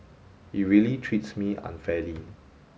he really treats me unfairly